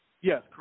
yes